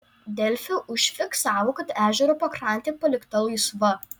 delfi užfiksavo kad ežero pakrantė palikta laisva